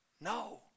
No